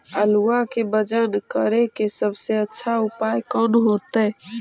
आलुआ के वजन करेके सबसे अच्छा उपाय कौन होतई?